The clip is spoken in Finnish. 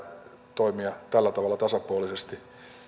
toimia tällä tavalla tasapuolisesti